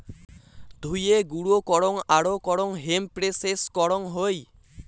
ধুয়ে, গুঁড়ো করং আরো করং হেম্প প্রেসেস করং হই